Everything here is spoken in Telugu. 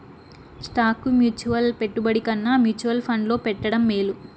స్టాకు మ్యూచువల్ పెట్టుబడి కన్నా మ్యూచువల్ ఫండ్లో పెట్టడం మేలు